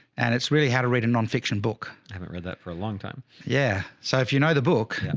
and it's really how to read a nonfiction book. i haven't read that for a long time. yeah, so if you know the book, yeah.